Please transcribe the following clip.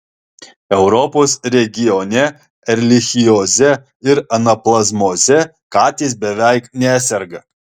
europos regione erlichioze ir anaplazmoze katės beveik neserga